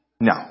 No